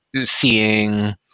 seeing